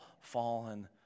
fallen